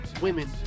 women